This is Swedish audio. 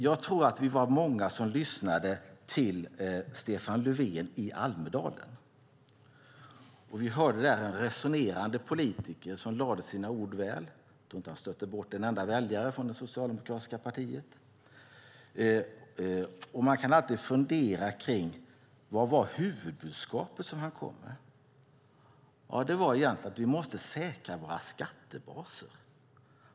Jag tror att vi var många som lyssnade till Stefan Löfven i Almedalen. Vi hörde där en resonerande politiker som lade sina ord väl. Jag tror inte att han stötte bort en enda väljare från det socialdemokratiska partiet. Man kan alltid fundera över vad som var hans huvudbudskap. Det var egentligen att vi måste säkra våra skattebaser.